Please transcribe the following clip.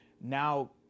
Now